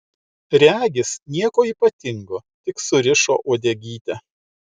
regis nieko ypatingo tik surišo uodegytę